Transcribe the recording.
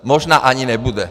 Možná ani nebude.